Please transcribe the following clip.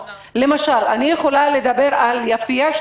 למשל אני יכולה לדבר על יפיע,